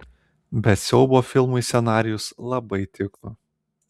bet siaubo filmui scenarijus labai tiko